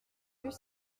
plus